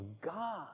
God